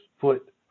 foot